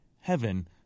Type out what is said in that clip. heaven